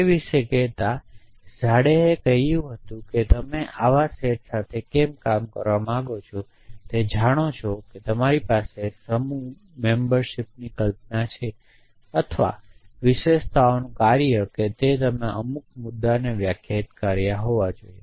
તેના વિશે ઝાડેહે કહ્યું હતું કે તમે આવા સેટ સાથે કેમ કામ કરવા માંગો છો તે જાણો છો કે તમારી પાસે સમૂહ મેમ્બરશિપની કલ્પના છે અથવા વિશેષતાઓનું કાર્ય કે તમે અમુક મુદ્દાને વ્યાખ્યાયિત કર્યા હોવા જોઈએ